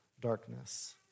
darkness